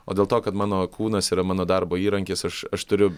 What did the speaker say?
o dėl to kad mano kūnas yra mano darbo įrankis aš aš turiu